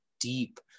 deep